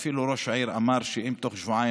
ראש העיר אפילו אמר: אם בתוך שבועיים